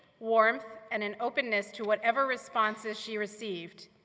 warmth and an openness to whatever responses she received,